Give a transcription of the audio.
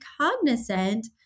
cognizant